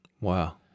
Wow